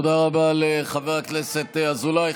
תודה רבה לחבר הכנסת אזולאי.